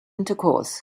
intercourse